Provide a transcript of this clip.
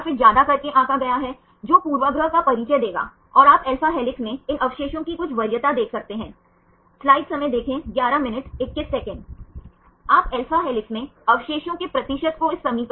यह ज्ञात संरचनाओं में लगभग 10 से 12 अवशेषों के आसपास है उदाहरण के लिए 3 डी संरचनाओं में इस अल्फा हेलिकल की लंबाई